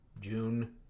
June